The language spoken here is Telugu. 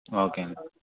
ఓకే అండి